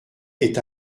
est